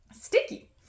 sticky